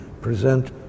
present